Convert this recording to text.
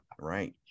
right